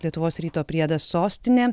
lietuvos ryto priedas sostinė